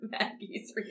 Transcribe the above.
Maggie's